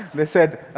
they said,